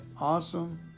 awesome